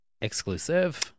exclusive